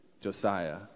Josiah